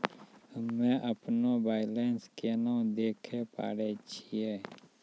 हम्मे अपनो बैलेंस केना देखे पारे छियै?